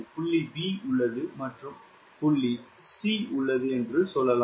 புள்ளி b உள்ளது மற்றும் ஒரு புள்ளி c உள்ளது என்று சொல்லலாம்